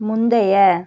முந்தைய